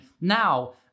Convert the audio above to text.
now